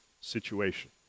situation